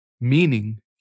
Meaning